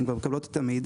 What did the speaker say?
הן כבר מקבלות את המידע,